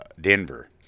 denver